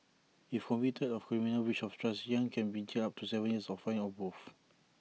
if convicted of criminal breach of trust yang can be jailed up to Seven years or fined or both